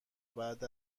بعد